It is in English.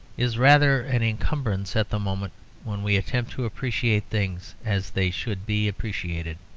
is rather an encumbrance at the moment when we attempt to appreciate things as they should be appreciated.